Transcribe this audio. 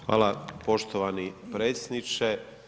Hvala poštovani predsjedniče.